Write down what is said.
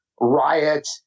Riot